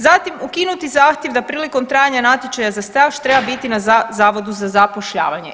Zatim ukinuti zahtjev da prilikom trajanja natječaja za staž treba biti na zavodu za zapošljavanje.